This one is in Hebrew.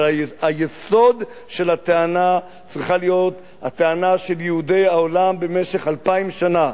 אבל יסוד הטענה צריך להיות הטענה של יהודי העולם במשך 2,000 שנה,